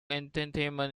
entertainment